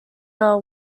are